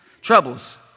troubles